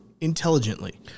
intelligently